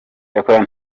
cyakora